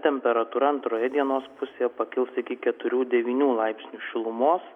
temperatūra antroje dienos pusėje pakils iki keturių devynių laipsnių šilumos